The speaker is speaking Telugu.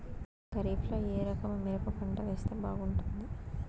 ఖరీఫ్ లో ఏ రకము మిరప పంట వేస్తే బాగుంటుంది